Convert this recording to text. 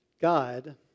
God